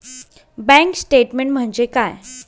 Bank statement म्हणजे काय?